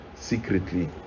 secretly